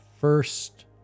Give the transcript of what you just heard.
first